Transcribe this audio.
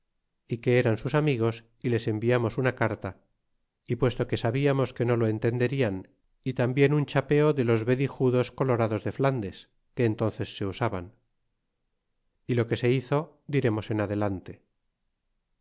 y que eran sus amigos y les enviamos una carta puesto que sabiamos que no lo entenderian y tainbien un chapeo de los vedijudos colorados de flandes que entónces se usaban y lo que se hizo diremos adelante